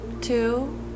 two